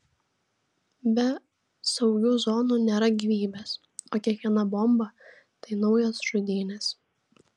be saugių zonų nėra gyvybės o kiekviena bomba tai naujos žudynės